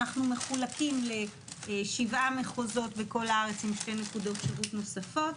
אנחנו מחולקים לשבעה מחוזות בכל הארץ עם שתי נקודות שירות נוספות,